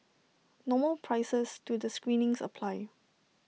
normal prices to the screenings apply